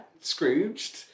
Scrooged